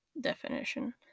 definition